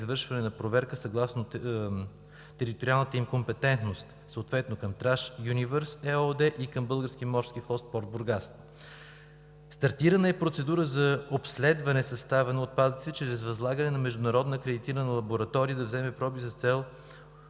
извършване на проверки съгласно териториалните им компетентности съответно на „Траш юнивърс“ ЕООД и на Български морски флот – Порт Бургас. Стартирана е процедура за обследване състава на отпадъците чрез възлагане на международна акредитирана лаборатория да вземе проби с цел